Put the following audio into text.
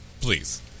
Please